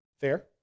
Fair